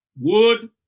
wood